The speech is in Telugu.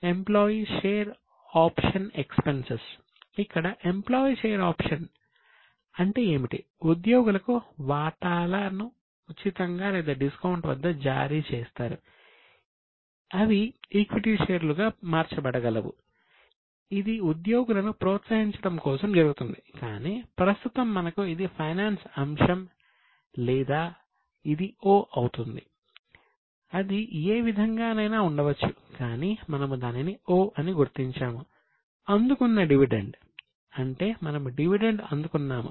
employee share option expenses అందుకున్నాము